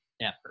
effort